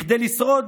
כדי לשרוד